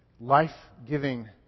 life-giving